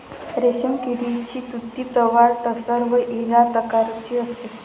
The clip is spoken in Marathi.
रेशीम किडीची तुती प्रवाळ टसर व इरा प्रकारची असते